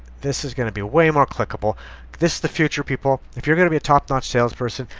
this is going to be way more clickable this the future people if you're going to be a top-notch salesperson,